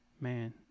man